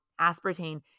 aspartame